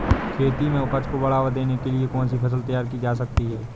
खेती में उपज को बढ़ावा देने के लिए कौन सी फसल तैयार की जा सकती है?